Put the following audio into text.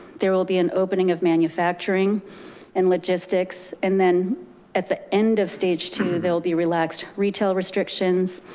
there will be an opening of manufacturing and logistics. and then at the end of stage two, there'll be relaxed retail restrictions,